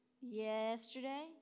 Yesterday